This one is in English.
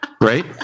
Right